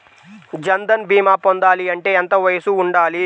జన్ధన్ భీమా పొందాలి అంటే ఎంత వయసు ఉండాలి?